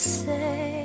say